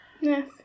Yes